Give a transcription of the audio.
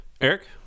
Eric